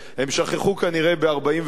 הם שכחו כנראה מי קיבל ב-1947,